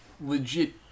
legit